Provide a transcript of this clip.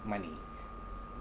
money